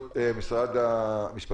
יהיה עוד דובר אחד ממשרד המשפטים,